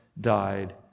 died